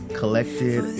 collected